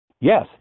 Yes